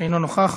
אינו נוכח,